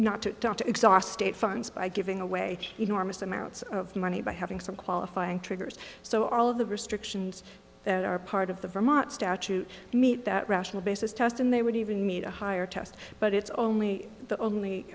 not to dock to exhaust state funds by giving away enormous amounts of money by having some qualifying triggers so all of the restrictions that are part of the vermont statute meet that rational basis test and they would even meet a higher test but it's only the only